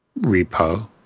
repo